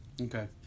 Okay